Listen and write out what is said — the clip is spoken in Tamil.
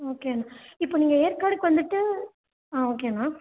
ஓகே அண்ணா இப்போ நீங்கள் ஏற்காடுக்கு வந்துவிட்டு ஆ ஓகே அண்ணா